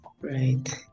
Right